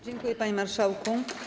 Dziękuję, panie marszałku.